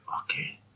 Okay